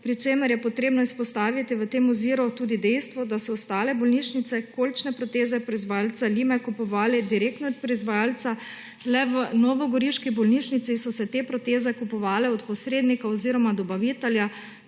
pri čemer je potrebno izpostaviti v tem oziru tudi dejstvo, da so ostale bolnišnice kolčne proteze proizvajalca Lima kupovale direktno od proizvajalca, le v novogoriški bolnišnici so se te proteze kupovale od posrednikov oziroma dobavitelja,